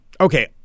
Okay